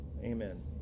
Amen